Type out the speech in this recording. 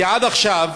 כי עד עכשיו